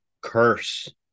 curse